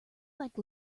like